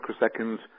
microseconds